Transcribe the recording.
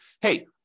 hey